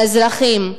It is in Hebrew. האזרחים,